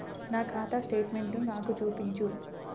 నా ఖాతా స్టేట్మెంట్ను నాకు చూపించు